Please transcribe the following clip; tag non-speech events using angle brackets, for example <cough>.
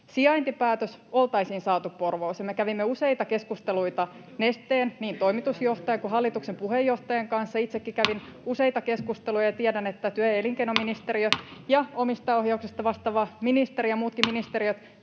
sijaintipäätös oltaisiin saatu Porvooseen. Me kävimme useita keskusteluita Nesteen, niin toimitusjohtajan kuin hallituksen puheenjohtajan, kanssa — itsekin kävin <noise> useita keskusteluja ja tiedän, että työ- ja elinkeinoministeriö ja omistajaohjauksesta vastaava ministeri ja muutkin ministeriöt